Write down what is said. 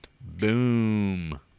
Boom